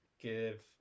give